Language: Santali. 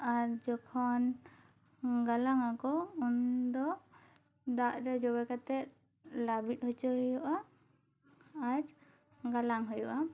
ᱟᱨ ᱡᱚᱠᱷᱚᱱ ᱜᱟᱞᱟᱝ ᱟᱠᱚ ᱩᱱᱫᱚ ᱫᱟᱜ ᱨᱮ ᱡᱚᱵᱮ ᱠᱟᱛᱮᱜ ᱞᱟᱹᱵᱤᱜ ᱚᱪᱚ ᱦᱩᱭᱩᱜᱼᱟ ᱟᱨ ᱜᱟᱞᱟᱝ ᱦᱩᱭᱩᱜᱼᱟ